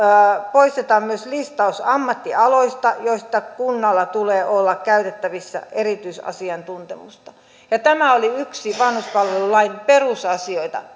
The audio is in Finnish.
poistetaan myös listaus ammattialoista joista kunnalla tulee olla käytettävissä erityisasiantuntemusta ja tämä oli yksi vanhuspalvelulain perusasioita